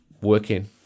working